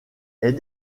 est